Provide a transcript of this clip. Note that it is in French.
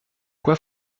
quoi